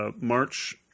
March